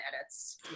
edits